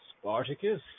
Spartacus